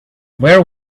where